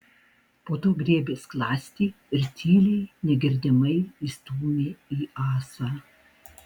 po to griebė skląstį ir tyliai negirdimai įstūmė į ąsą